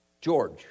George